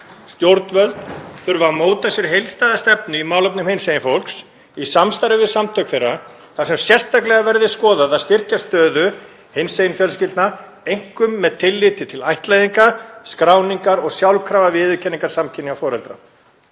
Stjórnvöld þurfa að móta sér heildstæða stefnu í málefnum hinsegin fólks, í samstarfi við samtök þeirra, þar sem sérstaklega verði skoðað að styrkja stöðu hinsegin fjölskyldna, einkum með tilliti til ættleiðinga, skráningar og sjálfkrafa viðurkenningar samkynja foreldra.